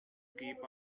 keep